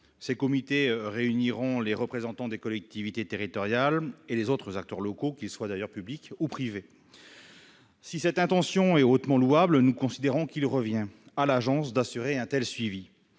Ces comités réuniront les représentants des collectivités territoriales et les autres acteurs locaux, qu'ils soient publics ou privés. Si cette intention est hautement louable, nous considérons qu'il revient à l'agence d'assurer un tel suivi.